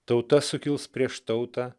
tauta sukils prieš tautą